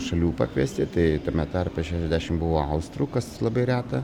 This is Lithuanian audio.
šalių pakviesti tai tame tarpe šešiasdešim buvo austrų kas labai reta